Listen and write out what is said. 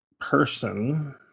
person